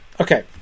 okay